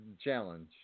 challenge